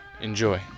Enjoy